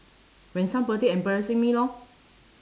when somebody embarrassing me lor